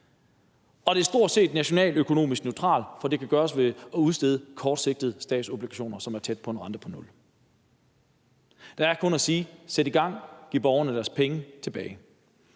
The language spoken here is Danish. Og det er stort set nationaløkonomisk neutralt, for det kan gøres ved at udstede kortsigtede statsobligationer, som er tæt på en rente på nul. Der er kun at sige: Sæt i gang, giv borgerne deres penge tilbage.